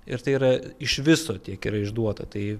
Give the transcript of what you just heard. ir tai yra iš viso tiek yra išduota tai